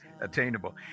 attainable